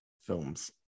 films